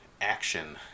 Action